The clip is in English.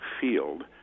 field